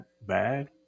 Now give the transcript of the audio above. bad